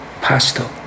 Pastor